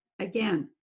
again